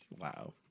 wow